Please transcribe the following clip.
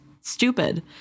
Stupid